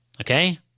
okay